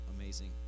amazing